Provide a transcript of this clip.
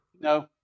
No